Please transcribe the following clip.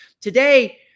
today